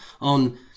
on